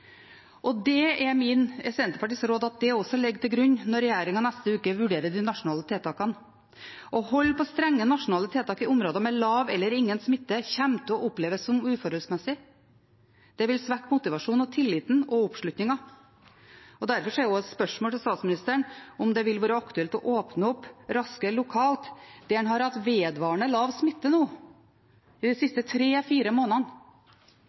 Det er mitt og Senterpartiets råd at det også ligger til grunn når regjeringen neste uke vurderer de nasjonale tiltakene. Å holde på strenge nasjonale tiltak i områder med lav eller ingen smitte kommer til å oppleves som uforholdsmessig. Det vil svekke motivasjonen, tilliten og oppslutningen. Derfor er også et spørsmål til statsministeren om det vil være aktuelt å åpne opp raskere lokalt der en har hatt vedvarende lav smitte nå i de siste tre-fire månedene.